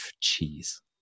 cheese